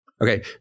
Okay